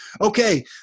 Okay